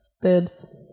Boobs